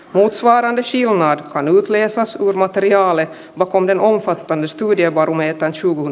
uusvaaran jolla on yleensä saman materiaalin makunen fattan istui die warum että suvun